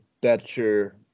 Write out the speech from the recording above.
better